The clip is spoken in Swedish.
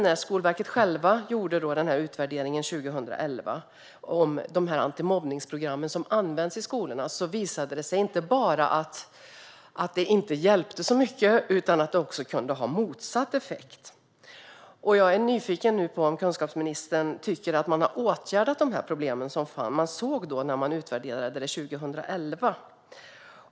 När Skolverket självt gjorde utvärderingen 2011 om de antimobbningsprogram som används i skolorna visade det sig inte bara att de inte hjälpte så mycket utan också att de kunde ha motsatt effekt. Jag är nyfiken på om kunskapsministern tycker att man har åtgärdat de här problemen man såg när man utvärderade det 2011.